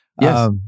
Yes